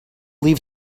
leave